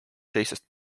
teistest